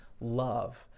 love